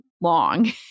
long